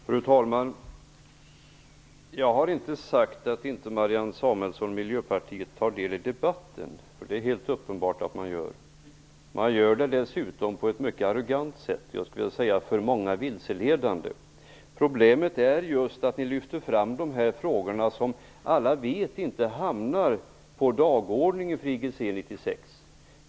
Fru talman! jag har inte sagt att Marianne Samuelsson och miljöpartiet inte tar del i debatten. Det är helt uppenbart att de gör det. De gör det dessutom på ett mycket arrogant och, skulle jag vilja säga, för många vilseledande sätt. Problemet är just att ni lyfter fram de frågor som alla vet inte hamnar på dagordningen för IGC 96.